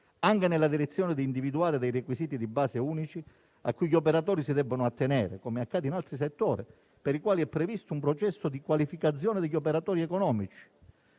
anche nella direzione di individuare requisiti di base unici a cui gli operatori si debbono attenere, come accade in altri settori per i quali è previsto un processo di qualificazione degli operatori economici.